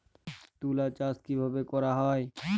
তুলো চাষ কিভাবে করা হয়?